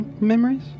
memories